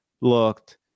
looked –